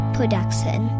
Production